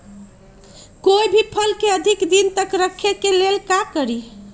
कोई भी फल के अधिक दिन तक रखे के लेल का करी?